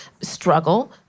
struggle